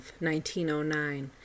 1909